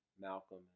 Malcolm